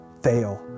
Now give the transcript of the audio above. fail